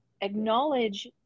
acknowledge